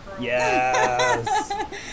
Yes